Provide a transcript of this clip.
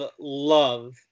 love